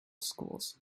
schools